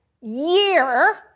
year